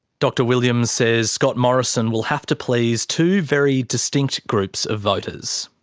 dr williams says scott morrison will have to please two very distinct groups of voters.